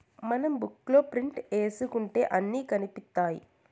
మనం బుక్ లో ప్రింట్ ఏసుకుంటే అన్ని కనిపిత్తాయి